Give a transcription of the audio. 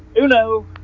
uno